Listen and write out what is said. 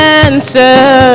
answer